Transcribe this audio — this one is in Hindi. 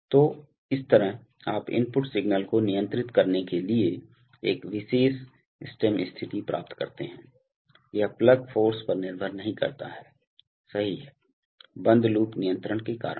तो इस तरह आप इनपुट सिग्नल को नियंत्रित करने के लिए एक विशेष स्टेम स्थिति प्राप्त करते हैं यह प्लग फ़ोर्स पर निर्भर नहीं करता है सही है बंद लूप नियंत्रण के कारण